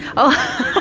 oh,